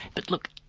but look,